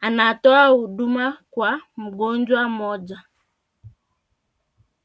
anatoa huduma kwa mgonjwa mmoja.